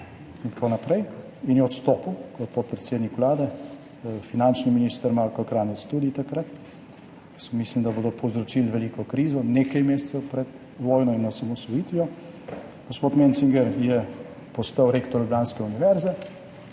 in tako naprej, in je odstopil kot podpredsednik Vlade, finančni minister Marko Kranjec, tudi takrat. Mislili so, da bodo povzročili veliko krizo nekaj mesecev pred vojno in osamosvojitvijo. Gospod Mencinger je v zahvalo postal rektor ljubljanske univerze